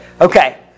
Okay